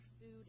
food